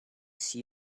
see